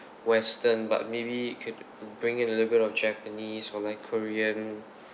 western but maybe you could bring in a little bit of japanese or like korean